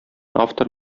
автор